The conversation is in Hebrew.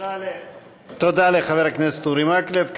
תודה לחבר הכנסת אורי מקלב.